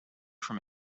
from